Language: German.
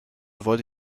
wollte